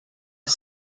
was